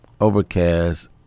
Overcast